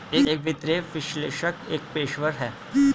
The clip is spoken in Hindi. एक वित्तीय विश्लेषक एक पेशेवर है